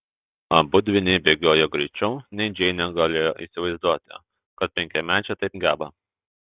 abu dvyniai bėgiojo greičiau nei džeinė galėjo įsivaizduoti kad penkiamečiai taip geba